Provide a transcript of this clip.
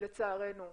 לצערנו,